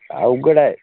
अवघड आहे